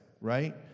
right